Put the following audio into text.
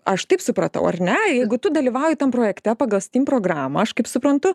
aš taip supratau ar ne jeigu tu dalyvauji tam projekte pagal stim programą aš kaip suprantu